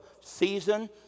season